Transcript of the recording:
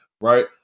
right